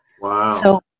Wow